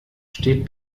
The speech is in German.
steht